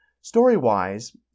Story-wise